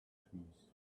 trees